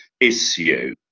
Issue